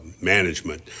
management